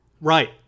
Right